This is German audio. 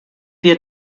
wir